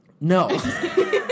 No